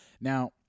now